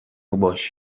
ﺧﻮﺭﺩﯾﻢ